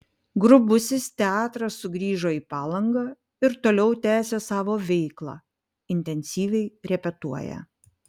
grubusis teatras sugrįžo į palangą ir toliau tęsią savo veiklą intensyviai repetuoja